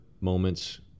moments